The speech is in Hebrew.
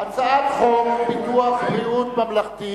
על הצעת חוק ביטוח בריאות ממלכתי